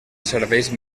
serveis